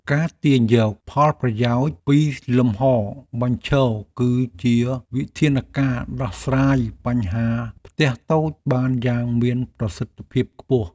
ការទាញយកផលប្រយោជន៍ពីលំហរបញ្ឈរគឺជាវិធានការដោះស្រាយបញ្ហាផ្ទះតូចបានយ៉ាងមានប្រសិទ្ធភាពខ្ពស់។